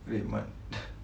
RedMart